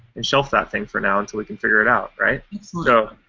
and shelf that thing for now until we can figure it out, right? you know